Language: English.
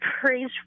praise